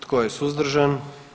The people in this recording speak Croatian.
Tko je suzdržan?